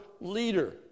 leader